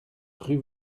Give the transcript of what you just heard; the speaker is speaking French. rue